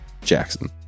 Jackson